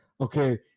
okay